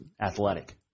athletic